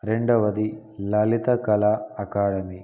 రెండవది లలిత కళ అకాడమీ